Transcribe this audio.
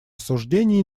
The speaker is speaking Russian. осуждение